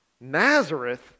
Nazareth